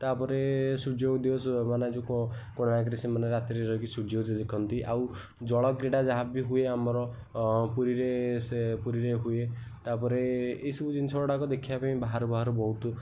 ତା'ପରେ ସୂର୍ଯ୍ୟୋଦୟ ମାନେ ଯେଉଁ କୋଣାର୍କରେ ସେମାନେ ରାତିରେ ରହିକି ସୂର୍ଯ୍ୟୋଦୟ ଦେଖନ୍ତି ଆଉ ଜଳ କ୍ରୀଡ଼ା ଯାହା ବି ହୁଏ ଆମର ପୁରୀରେ ସେ ପୁରୀରେ ହୁଏ ତା'ପରେ ଏହି ସବୁ ଜିନିଷ ଗୁଡ଼ାକ ଦେଖିବା ପାଇଁ ବାହାରୁ ବାହାରୁ ବହୁତ